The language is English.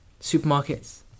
supermarkets